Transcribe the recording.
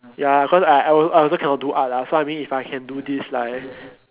ya cause I I also I also cannot do art uh so I mean if I can do this like